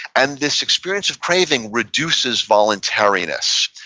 and this experience of craving reduces voluntariness.